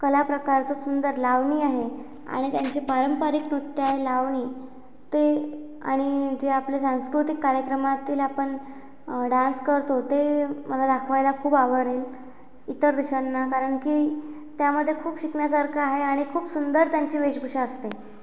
कला प्रकारचं सुंदर लावणी आहे आणि त्यांचे पारंपरिक नृत्य आहे लावणी ते आणि जे आपले सांस्कृतिक कार्यक्रमातील आपण डान्स करतो ते मला दाखवायला खूप आवडेल इतर दिशांना कारण की त्यामध्ये खूप शिकण्यासारखं आहे आणि खूप सुंदर त्यांची वेशभूषा असते